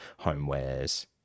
homewares